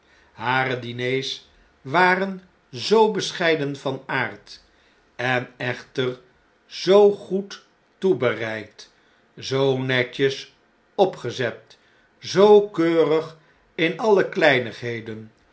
hare diners waren zoo bescheiden van aard en echter zoo goed toebereid zoo netjes opgezet zoo keurig in alle kleinigheden